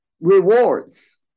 rewards